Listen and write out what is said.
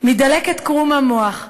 מדלקת קרום המוח,